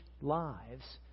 lives